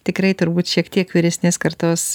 tikrai turbūt šiek tiek vyresnės kartos